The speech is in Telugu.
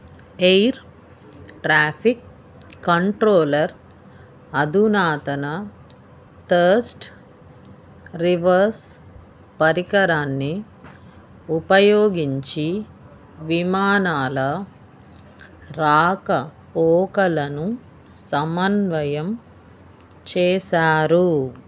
ఎయిర్ ట్రాఫిక్ కంట్రోలర్ అధునాతన థర్స్ట్ రివర్స్ పరికరాన్ని ఉపయోగించి విమానాల రాక పోకలను సమన్వయం చేశారు